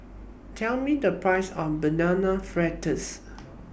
Tell Me The Price of Banana Fritters